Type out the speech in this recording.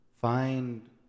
Find